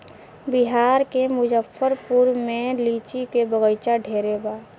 बिहार के मुजफ्फरपुर में लीची के बगइचा ढेरे बा